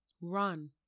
Run